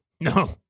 No